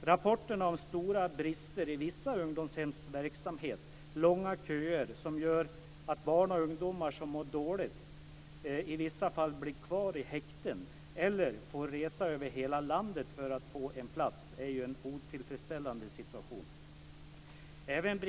Det rapporteras om stora brister i vissa ungdomshems verksamhet och långa köer som gör att barn och ungdomar som mår dåligt i vissa fall blir kvar i häkten eller får resa över hela landet för att få en plats, och det är en otillfredsställande situation. Även